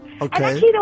Okay